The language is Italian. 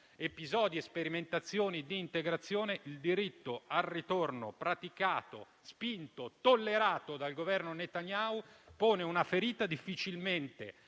episodi e sperimentazioni di integrazione; il diritto al ritorno praticato, spinto e tollerato dal governo Netanyahu pone una ferita difficilmente